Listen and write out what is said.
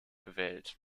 gewählt